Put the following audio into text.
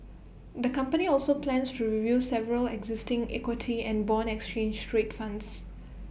the company also plans to review several existing equity and Bond exchange trade funds